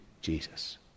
Jesus